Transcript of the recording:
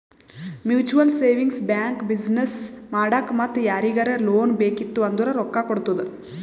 mutual savings bank business ಮಾಡಾಕ್ ಮತ್ತ ಯಾರಿಗರೇ ಲೋನ್ ಬೇಕಿತ್ತು ಅಂದುರ್ ರೊಕ್ಕಾ ಕೊಡ್ತುದ್